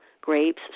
grapes